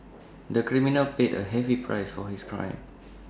the criminal paid A heavy price for his crime